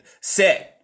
set